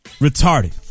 Retarded